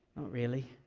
really.